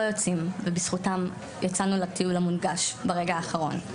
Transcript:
יוצאים ובזכותם יצאנו לטיול המונגש ברגע האחרון.